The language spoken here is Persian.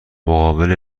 مقابل